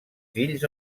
fills